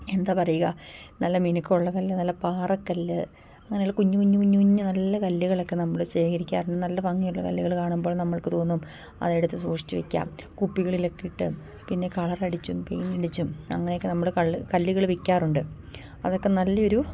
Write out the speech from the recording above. എന്താ പറയുക നല്ല മിനുക്കമുള്ള കല്ല് നല്ല പാറക്കല്ല് അങ്ങനെയുള്ള കുഞ്ഞു കുഞ്ഞ് കുഞ്ഞ് കുഞ്ഞ് നല്ല കല്ലുകളൊക്കെ നമ്മൾ ശേഖരിക്കാറു നല്ല ഭംഗിയുള്ള കല്ലുകൾ കാണുമ്പോൾ നമ്മൾക്ക് തോന്നും അതെടുത്ത് സൂക്ഷിച്ച് വെയ്ക്കാം കുപ്പികളിലൊക്കെയിട്ട് പിന്നെ കളറടിച്ചും പെയിന്റടിച്ചും അങ്ങനെയൊക്കെ നമ്മൾ കള്ള് കല്ലുകൾ വിൽക്കാറുണ്ട് അതൊക്കെ നല്ലയൊരു